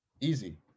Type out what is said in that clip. Easy